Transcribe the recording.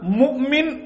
mukmin